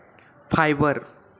fibre